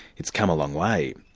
it's come a long way.